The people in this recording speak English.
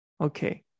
okay